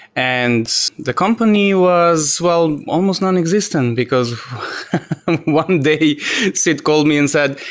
and the company was well, almost nonexistent, because one day sid called me and said,